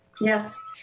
Yes